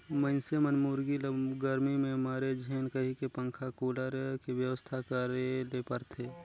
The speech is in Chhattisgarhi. मइनसे मन मुरगी ल गरमी में मरे झेन कहिके पंखा, कुलर के बेवस्था करे ले परथे